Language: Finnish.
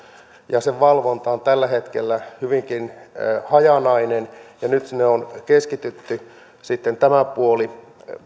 ja sen valvonta on tällä hetkellä hyvinkin hajanaista ja nyt on keskitetty tämä puoli